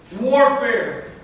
warfare